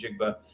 Jigba